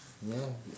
ya